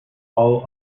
all